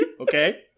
okay